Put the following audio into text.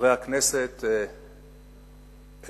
חברי הכנסת אלדד,